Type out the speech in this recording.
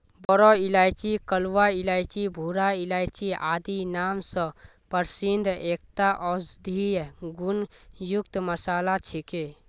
बोरो इलायची कलवा इलायची भूरा इलायची आदि नाम स प्रसिद्ध एकता औषधीय गुण युक्त मसाला छिके